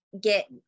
get